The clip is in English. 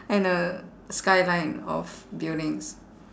and a skyline of buildings